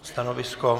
Stanovisko?